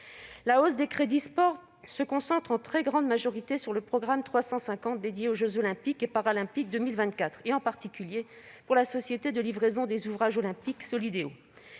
La hausse des crédits du sport se concentre en très grande majorité sur le programme 350 dédié aux jeux Olympiques et Paralympiques 2024, en particulier pour la Société de livraison des ouvrages olympiques (Solideo).